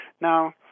Now